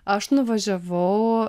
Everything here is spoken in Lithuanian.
aš nuvažiavau